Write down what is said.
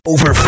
Over